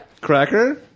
Cracker